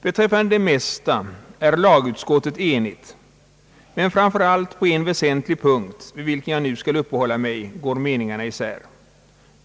Beträffande det mesta är lagutskottet enigt, men framför allt på en väsentlig punkt, vid vilken jag nu skall uppehålla mig, går meningarna isär.